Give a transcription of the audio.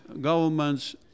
governments